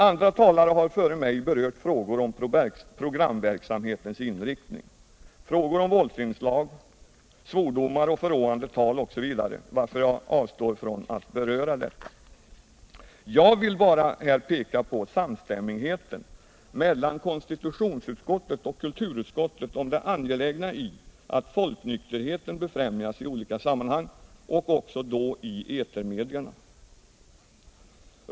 Andra talare har före mig berört frågor om programverksamhetens inriktning, våldsinslag, svordomar och förråande tal osv., varför jag avstår från att beröra detta. Jag vill bara här peka på samstämmigheten mellan konstitutionsutskottet och kulturutskottet om det angelägna i att folknykterheten befrämjas i olika sammanhang och också då i etermedierna.